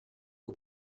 aux